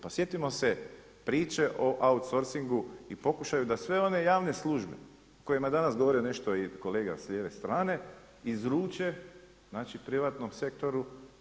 Pa sjetimo se priče o autsorsingu i pokušaju da sve one javne službe o kojima je danas govorio i kolega s lijeve strane izruče znači privatnom sektoru.